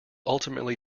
ultimately